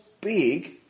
big